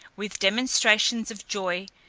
with demonstrations of joy,